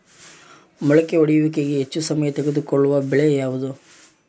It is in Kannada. ಮೊಳಕೆ ಒಡೆಯುವಿಕೆಗೆ ಹೆಚ್ಚು ಸಮಯ ತೆಗೆದುಕೊಳ್ಳುವ ಬೆಳೆ ಯಾವುದು?